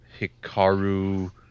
Hikaru